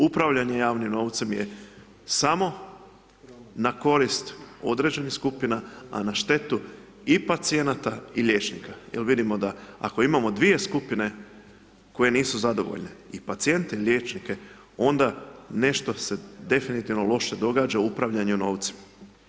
Upravljanje javnim novcem je samo na korist određenih skupina, a na štetu i pacijenata i liječnika jel vidimo da ako imamo dvije skupine koje nisu zadovoljne i pacijente i liječnike, onda nešto se definitivno loše događa upravljanjem novcem.